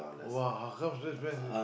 !woah! how come so expensive